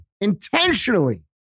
intentionally